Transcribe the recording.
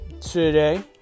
today